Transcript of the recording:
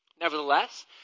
Nevertheless